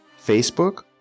Facebook